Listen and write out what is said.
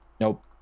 nope